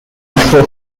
muscle